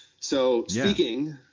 so, speaking,